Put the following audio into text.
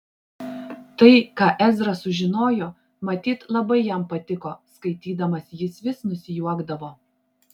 tai ką ezra sužinojo matyt labai jam patiko skaitydamas jis vis nusijuokdavo